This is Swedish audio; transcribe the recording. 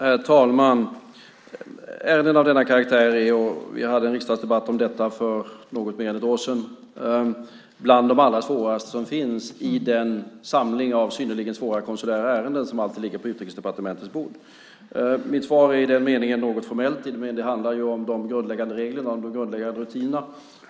Herr talman! Ärenden av denna karaktär - vi hade en riksdagsdebatt om detta för något mer än ett år sedan - är bland de allra svåraste som finns i den samling av synnerligen svåra konsulära ärenden som alltid ligger på Utrikesdepartementets bord. Mitt svar är i den meningen något formellt, men det handlar om de grundläggande reglerna och de grundläggande rutinerna.